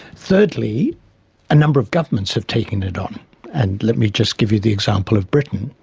thirdly a number of governments have taken it on and let me just give you the example of britain.